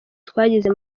twagize